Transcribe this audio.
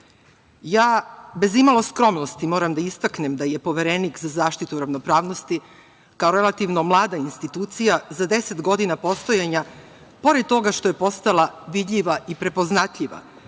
Bez imalo skromnosti moram da istaknem da je Poverenik za zaštitu ravnopravnosti kao relativno institucija. Za deset godina postojanja pored toga što je postala vidljiva i prepoznatljiva